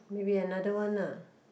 maybe another one lah